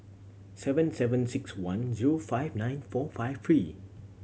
seven seven six one zero five nine four five three